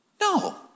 No